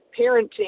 parenting